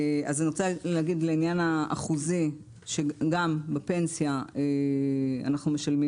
אני רוצה להגיד לעניין האחוזי שגם בפנסיה אנחנו משלמים